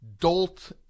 dolt